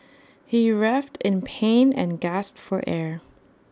he writhed in pain and gasped for air